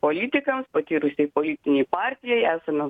politikams patyrusiai politinei partijai esame